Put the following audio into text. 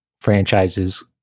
franchises